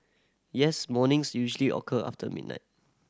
yes mornings usually occur after midnight